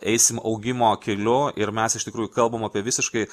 eisim augimo keliu ir mes iš tikrųjų kalbam apie visiškai